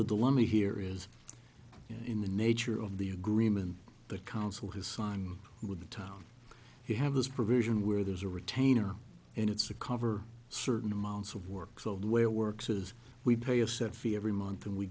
the dilemma here is in the nature of the agreement the council has signed with the town you have this provision where there's a retainer and it's a cover certain amounts of work so the way it works is we pay a set fee every month